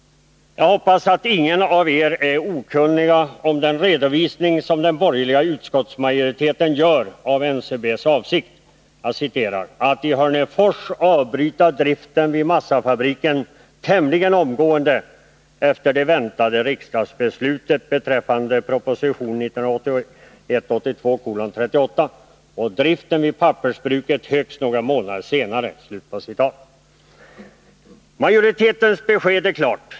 Jag hoppas att ingen av er är okunnig om den redovisning som den borgerliga utskottsmajoriteten gör av NCB:s avsikt ”att i Hörnefors avbryta driften vid massafabriken tämligen omgående efter det väntade riksdagsbeslutet beträffande proposition 1981/82:38 och driften vid pappersbruket högst några månader senare”. Majoritetens besked är klart.